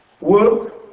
Work